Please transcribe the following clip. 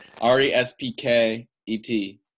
R-E-S-P-K-E-T